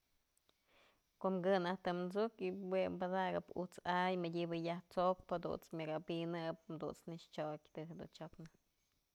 Kom kë najk të t'suk jue padakap ujt's ay madyëbë yaj t'sokpë myak abinëp jadunt's nëkx chyok të jedun chyoknë.